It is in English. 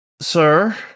Sir